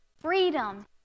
freedom